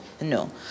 No